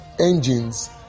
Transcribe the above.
engines